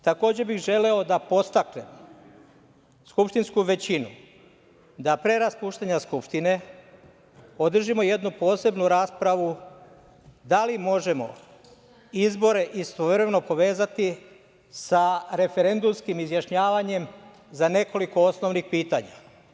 Takođe bih želeo da podstaknem skupštinsku većinu da pre raspuštanja Skupštine održimo jednu posebnu raspravu – da li možemo izbore istovremeno povezati sa referendumskim izjašnjavanjem za nekoliko osnovnih pitanja.